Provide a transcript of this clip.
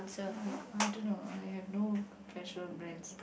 i go I don't know I have no special brands